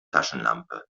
taschenlampe